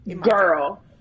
Girl